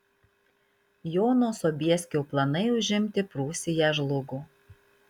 jono sobieskio planai užimti prūsiją žlugo